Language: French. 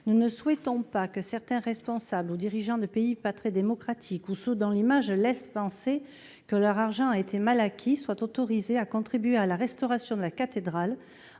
nous ne souhaitons pas que certains responsables ou dirigeants de pays peu démocratiques ou dont l'image laisse penser que leur argent a été mal acquis soient autorisés à contribuer à la restauration de la cathédrale